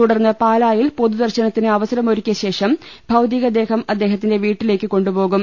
തുടർന്ന് പാലായിൽ പൊതുദർശനത്തിന് അവസരമൊരുക്കിയ ശേഷം ഭൌതികദേഹം അദ്ദേഹത്തിന്റെ വീട്ടിലേക്ക് കൊണ്ടു പോകും